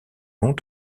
long